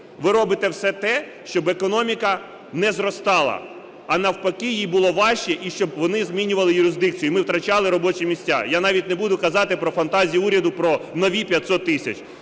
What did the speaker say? ви робите все те, щоб економіка не зростала, а навпаки їй було важче, і щоб вони змінювали юрисдикцію, і ми втрачали робочі місця. Я навіть не буду казати про фантазії уряду, про нові 500 тисяч.